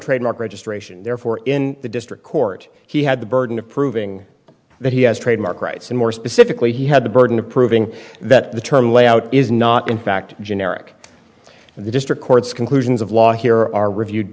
trademark registration therefore in the district court he had the burden of proving that he has trademark rights and more specifically he had the burden of proving that the term layout is not in fact generic and the district courts conclusions of law here are reviewed